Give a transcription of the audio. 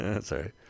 sorry